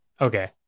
Okay